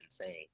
insane